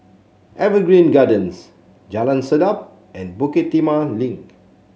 Evergreen Gardens Jalan Sedap and Bukit Timah Link